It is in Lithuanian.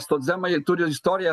socdemai turi istoriją